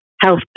health